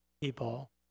people